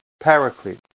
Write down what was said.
paraclete